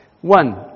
One